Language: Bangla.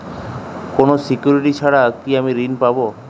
কোনো সিকুরিটি ছাড়া কি আমি ঋণ পাবো?